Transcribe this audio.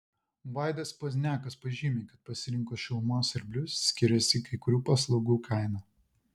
vaidas pozniakas pažymi kad pasirinkus šilumos siurblius skiriasi kai kurių paslaugų kaina